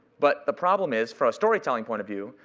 but the problem is, for a story-telling point of view,